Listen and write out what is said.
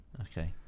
Okay